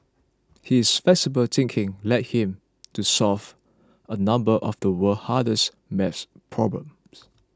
his flexible thinking led him to solve a number of the world's hardest maths problems